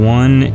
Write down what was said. one